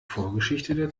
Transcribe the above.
vorgeschichte